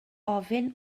ofyn